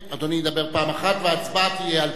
אדוני ידבר פעם אחת וההצבעה תהיה על דבריו.